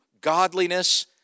godliness